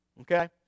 Okay